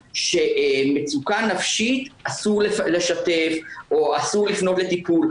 שמצוקה נפשית אסור לשתף או אסור לפנות לטיפול,